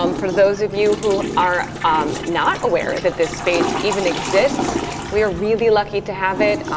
um for those of you who are um not aware that this space even exists we are really lucky to have it.